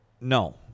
no